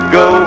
go